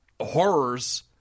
horrors